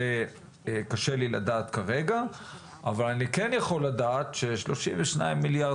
קשה לי לדעת כרגע אבל אני כן יכול לדעת ש-32 מיליארד